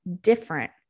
different